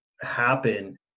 happen